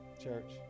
church